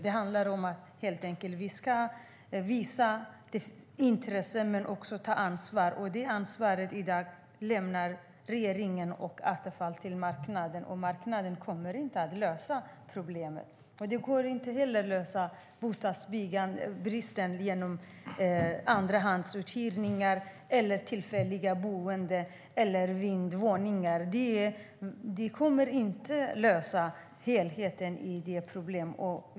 Det handlar om att vi helt enkelt ska visa intresse och ta ansvar. Det ansvaret lämnar regeringen och Attefall i dag till marknaden, och marknaden kommer inte att lösa problemet. Det går inte heller att lösa frågan om bostadsbrist genom andrahandsuthyrningar, tillfälliga boenden eller vindsvåningar. Det kommer inte att lösa problemet som helhet.